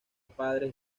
padres